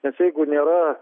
nes jeigu nėra